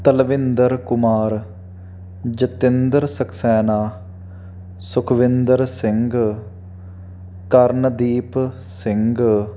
Talwinder Kumar Jatinder Saxena Sukhwinder Singh Karandeep Singh